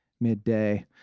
midday